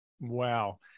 Wow